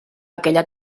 aquella